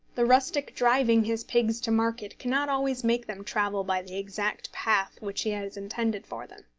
the rustic driving his pigs to market cannot always make them travel by the exact path which he has intended for them.